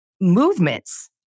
movements